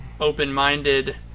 open-minded